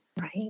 Right